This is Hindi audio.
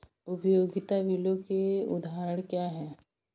उपयोगिता बिलों के उदाहरण क्या हैं?